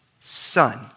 son